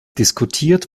diskutiert